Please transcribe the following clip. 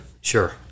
Sure